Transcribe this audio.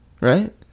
Right